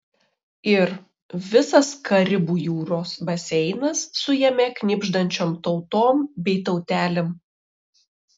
ir visas karibų jūros baseinas su jame knibždančiom tautom bei tautelėm